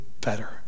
better